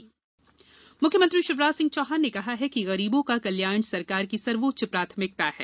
CM बैठक मुख्यमंत्री शिवराज सिंह चौहान ने कहा है कि गरीबों का कल्याण सरकार की सर्वोच्च प्राथमिकता है